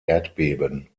erdbeben